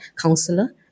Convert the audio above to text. counselor